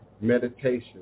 meditation